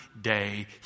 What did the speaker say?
day